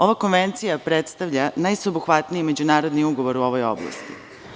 Ova konvencija predstavlja najsveobuhvatniji međunarodni ugovor u ovoj oblasti.